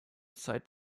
zeit